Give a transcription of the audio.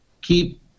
keep